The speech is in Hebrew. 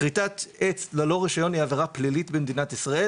כריתת עץ ללא רישיון היא עבירה פלילית במדינת ישראל.